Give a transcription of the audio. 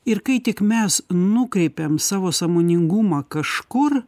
ir kai tik mes nukreipiam savo sąmoningumą kažkur